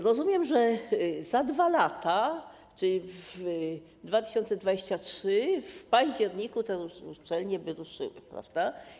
Rozumiem, że za 2 lata, czyli w 2023 r., w październiku te uczelnie by ruszyły, prawda?